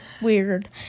weird